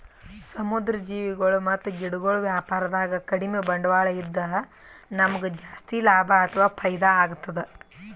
ಸಮುದ್ರ್ ಜೀವಿಗೊಳ್ ಮತ್ತ್ ಗಿಡಗೊಳ್ ವ್ಯಾಪಾರದಾಗ ಕಡಿಮ್ ಬಂಡ್ವಾಳ ಇದ್ದ್ ನಮ್ಗ್ ಜಾಸ್ತಿ ಲಾಭ ಅಥವಾ ಫೈದಾ ಆಗ್ತದ್